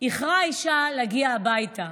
איחרה האישה להגיע הביתה.